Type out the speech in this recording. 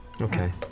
Okay